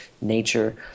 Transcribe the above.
nature